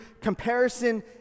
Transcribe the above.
comparison